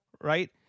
Right